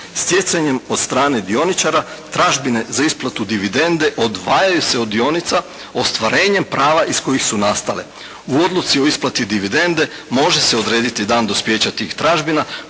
Stjecanjem od strane dioničara, tražbine za isplatu dividende odvajaju se od dionica ostvarenjem prava iz kojih su nastale. U odluci o isplati dividende može se odrediti dan dospijeća tih tražbina